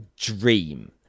dream